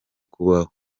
kubaho